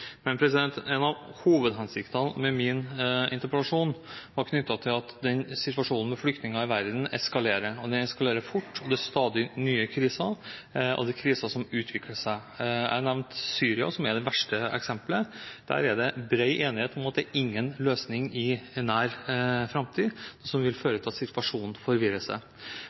Men en av hovedhensiktene med min interpellasjon var knyttet til at situasjonen for flyktninger i verden eskalerer, og den eskalerer fort. Det er stadig nye kriser, og det er kriser som utvikler seg. Jeg nevnte Syria, som er det verste eksempelet. Det er bred enighet om at der er det ingen løsning i sikte i nær framtid, og det vil føre til at situasjonen forverrer seg.